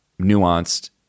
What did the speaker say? nuanced